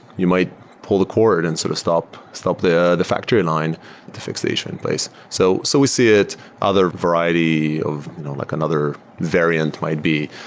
you might pull the cord and sort of stop stop the the factory line to fix the issue in place. so so we see other variety of like another variant might be.